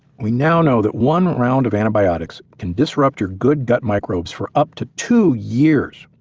we now know that one round of antibiotics can disrupt your good gut microbes for up to two years,